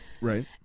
right